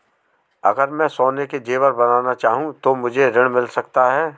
अगर मैं सोने के ज़ेवर बनाना चाहूं तो मुझे ऋण मिल सकता है?